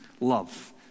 love